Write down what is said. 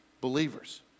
believers